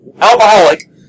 alcoholic